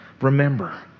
remember